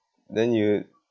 then you